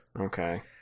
Okay